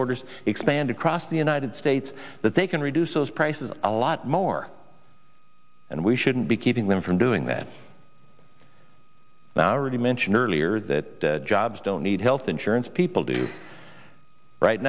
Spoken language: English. borders expand across the united states that they can reduce those prices a lot more and we shouldn't be keeping them from doing that now rudy mentioned earlier that jobs don't need health insurance people do right